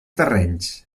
terrenys